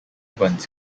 runs